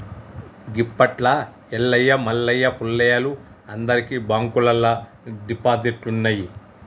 గిప్పట్ల ఎల్లయ్య మల్లయ్య పుల్లయ్యలు అందరికి బాంకుల్లల్ల డిపాజిట్లున్నయ్